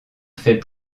fait